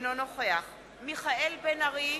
אינו נוכח מיכאל בן-ארי,